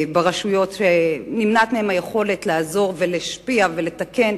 ברשויות שנמנעת מהן היכולת לעזור ולהשפיע ולתקן,